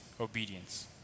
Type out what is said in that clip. obedience